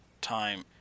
time